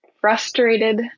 frustrated